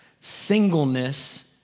singleness